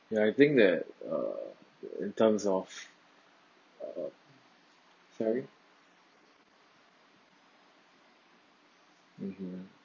ya I think that uh in terms of uh sorry mmhmm